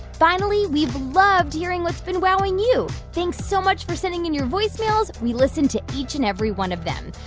finally, we've loved hearing what's been wowing you. thanks so much for sending in your voicemails. we listen to each and every one of them.